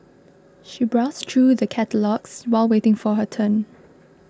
she browsed through the catalogues while waiting for her turn